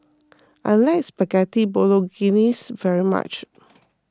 I like Spaghetti Bolognese very much